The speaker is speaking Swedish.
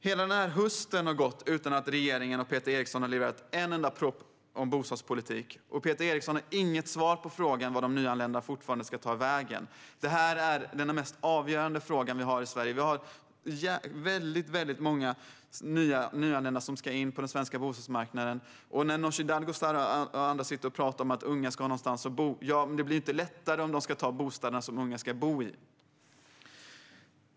Hela denna höst har gått utan att regeringen och Peter Eriksson har levererat en enda proposition om bostadspolitiken, och Peter Eriksson har fortfarande inget svar på frågan vart de nyanlända ska ta vägen. Detta är den mest avgörande fråga som vi har i Sverige. Vi har väldigt många nyanlända som ska in på den svenska bostadsmarknaden. Nooshi Dadgostar och andra sitter och talar om att unga ska ha någonstans att bo. Men det blir inte lättare om man ska ta de bostäder som de unga ska bo i.